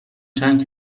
چند